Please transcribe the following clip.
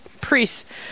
priests